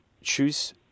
choose